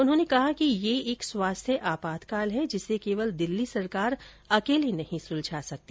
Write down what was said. उन्होंने कहा कि यह एक स्वास्थ्य आपातकाल है जिसे केवल दिल्ली सरकार अकेले नहीं सुलझा सकती